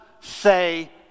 say